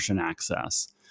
access